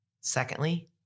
Secondly